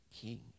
king